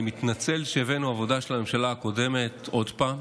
אני מתנצל שהבאנו עבודה של הממשלה הקודמת עוד פעם,